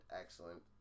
excellent